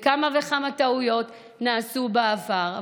כמה וכמה טעויות נעשו בעבר.